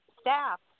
staff